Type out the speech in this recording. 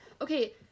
Okay